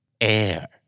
air